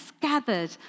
gathered